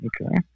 Okay